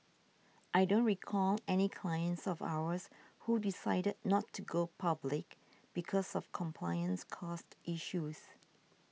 I don't recall any clients of ours who decided not to go public because of compliance costs issues